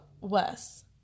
Wes